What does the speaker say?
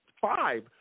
five